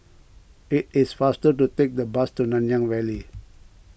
it is faster to take the bus to Nanyang Valley